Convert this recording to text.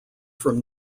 from